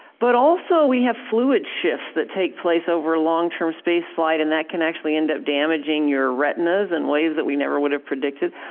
but also we have fluid shifts that take place over long-term spaceflight and that can actually end up damaging your retinas in and ways that we never would have predicted.